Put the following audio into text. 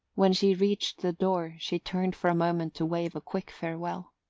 when she reached the door she turned for a moment to wave a quick farewell.